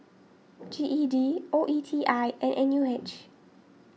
G E D O E T I and N U H